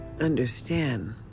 understand